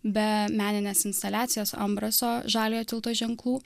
be meninės instaliacijos ambraso žaliojo tilto ženklų